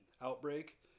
Outbreak